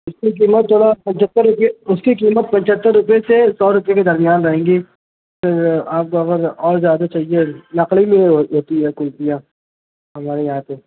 اس کی قیمت تھوڑا پچھتر روپئے اس کی قیمت پچھتر روپئے سے سو روپئے کے درمیان رہیں گی آپ کو اگر اور زیادہ چاہیے ہمارے یہاں پہ